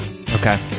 Okay